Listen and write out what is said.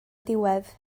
diwedd